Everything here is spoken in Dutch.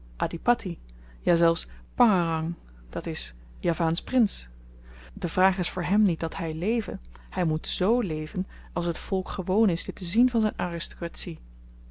adhipatti ja zelfs pangerang d i javaansch prins de vraag is voor hem niet dat hy leve hy moet z leven als t volk gewoon is dit te zien van zyn